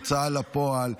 הוצאה לפועל,